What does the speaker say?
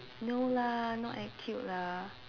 no lah not act cute lah